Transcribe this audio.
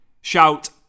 shout